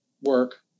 work